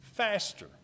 Faster